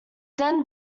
then